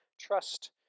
trust